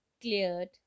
cleared